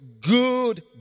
Good